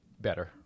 better